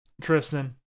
Tristan